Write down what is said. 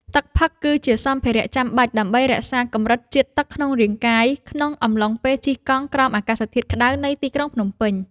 ទឹកផឹកគឺ ជាសម្ភារៈចាំបាច់ដើម្បីរក្សាកម្រិតជាតិទឹកក្នុងរាងកាយ ក្នុងអំឡុងពេលជិះកង់ក្រោមអាកាសធាតុក្ដៅនៃទីក្រុងភ្នំពេញ។